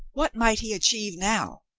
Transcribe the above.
what might he achieve now?